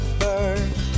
burn